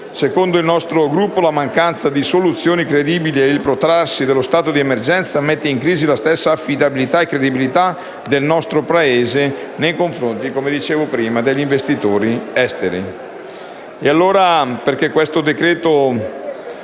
Secondo il nostro Gruppo, la mancanza di soluzioni credibili ed il protrarsi dello stato di emergenza mette in crisi la stessa affidabilità e credibilità del nostro Paese nei confronti, come dicevo prima, degli investitori esteri.